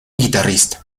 guitarrista